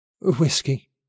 Whiskey